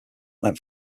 meant